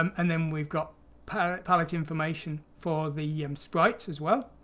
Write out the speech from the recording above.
um and then we've got palette palette information for the um sprites as well